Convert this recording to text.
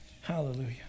Hallelujah